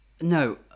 No